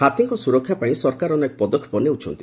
ହାତୀଙ୍କ ସ୍ବରକ୍ଷା ପାଇଁ ସରକାର ଅନେକ ପଦକ୍ଷେପ ନେଉଛନ୍ତି